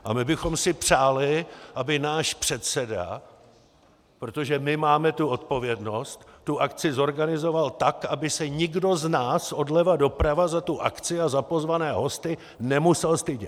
A my bychom si přáli, aby náš předseda protože my máme tu odpovědnost tu akci zorganizoval tak, aby se nikdo z nás odleva doprava za tu akci a za pozvané hosty nemusel stydět.